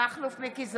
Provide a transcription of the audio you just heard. מכלוף מיקי זוהר,